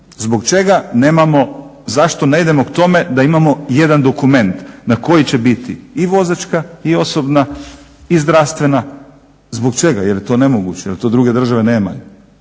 Zbog čega nemamo, zašto ne idemo k tome da imamo jedan dokument na koji će biti i vozačka i osobna i zdravstvena. Zbog čega? Jel' je to nemoguće, jel' to druge države nemaju.